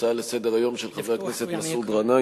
הצעה לסדר-היום מס'